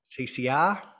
TCR